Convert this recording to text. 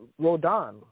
Rodon